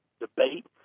debate